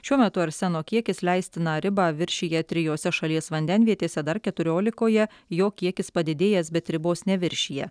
šiuo metu arseno kiekis leistiną ribą viršija trijose šalies vandenvietėse dar keturiolikoje jo kiekis padidėjęs bet ribos neviršija